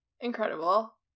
Incredible